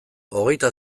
hogeita